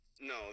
no